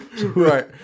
Right